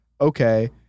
Okay